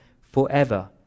forever